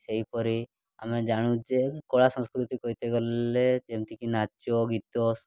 ସେହିପରି ଆମେ ଜାଣୁ ଯେ କଳା ସଂସ୍କୃତି କହିତେ ଗଲେ ଯେମିତିକି ନାଚ ଗୀତ